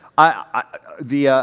i, the, ah